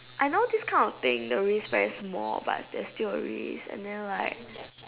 I know this kind of thing the risk very small but there's still a risk and then like